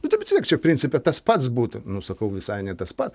nu vis tiek čia principe tas pats būtų nu sakau visai ne tas pats